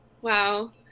wow